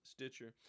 Stitcher